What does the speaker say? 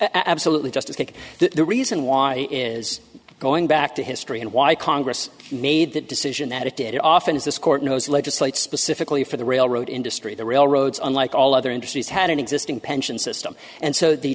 absolutely just think that the reason why is going back to history and why congress made that decision that it did it often is this court knows legislate specifically for the railroad industry the railroads unlike all other industries had an existing pension system and so the